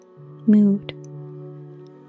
mood